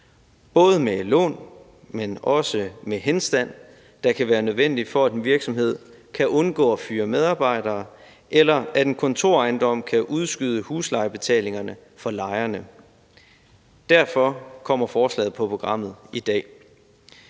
både med lån, men også med henstand, der kan være nødvendig, for at en virksomhed kan undgå at fyre medarbejdere, eller at en kontorejendom kan udskyde huslejebetalingerne for lejerne. Derfor kommer forslaget på programmet i dag.